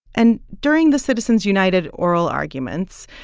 and during the citizens united oral arguments,